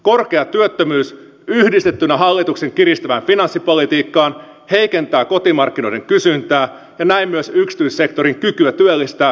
korkea työttömyys yhdistettynä hallituksen kiristyvään finanssipolitiikkaan heikentää kotimarkkinoiden kysyntää ja näin myös yksityisen sektorin kykyä työllistää ja investoida